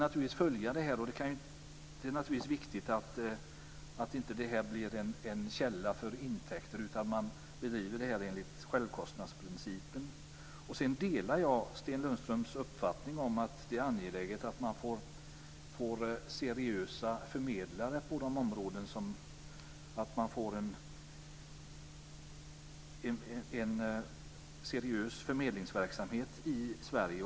Det är naturligtvis viktigt att det här inte blir en källa för intäkter utan att man bedriver det här enligt självkostnadsprincipen. Jag delar Sten Lundströms uppfattning att det är angeläget att man får en seriös förmedlingsverksamhet i Sverige.